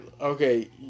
okay